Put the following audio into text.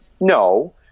no